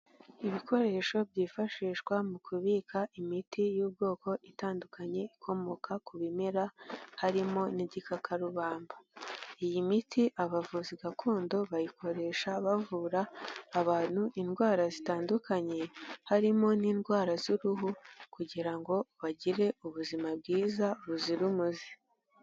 Ibikoresho byifashishwa mu kubika imiti y'ubwoko itandukanye ikomoka ku bimera harimo n'igikakarubamba. Iyi miti abavuzi gakondo bayikoresha bavura abantu indwara zitandukanye harimo n'indwara z'uruhu kugira ngo bagire ubuzima bwiza buzira umuze.